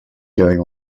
going